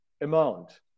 amount